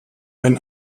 mein